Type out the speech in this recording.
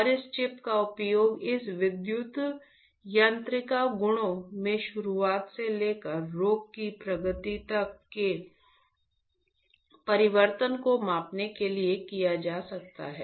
और इस चिप का उपयोग इस विद्युत यांत्रिक गुणों में शुरुआत से लेकर रोग की प्रगति तक के परिवर्तन को मापने के लिए किया जा सकता है